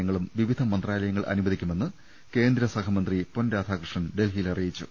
ങ്ങളും വിവിധ മന്ത്രാലയങ്ങൾ അനുവദിക്കുമെന്ന് കേന്ദ്ര സഹമന്ത്രി പൊൻ രാധാകൃഷ്ണൻ ഡൽഹിയിൽ അറിയിച്ചു